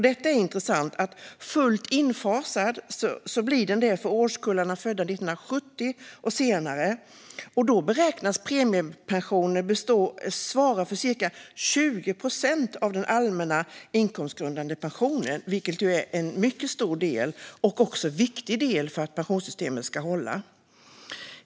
Det är intressant att fullt infasad blir den för årskullarna födda 1970 och senare, och då beräknas premiepensionen svara för cirka 20 procent av den allmänna inkomstgrundande pensionen, vilket är en mycket stor och viktig del för att pensionssystemet ska hålla.